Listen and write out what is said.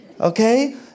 Okay